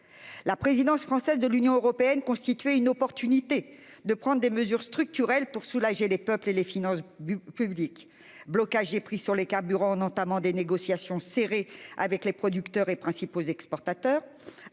La présidence française de l'Union européenne constituait pourtant une occasion de prendre des mesures structurelles pour soulager les peuples et les finances publiques : blocage du prix des carburants, en entamant des négociations serrées avec les producteurs et principaux exportateurs